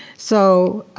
so,